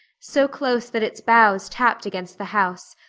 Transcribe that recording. so close that its boughs tapped against the house,